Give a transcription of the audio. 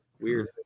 weird